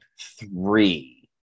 three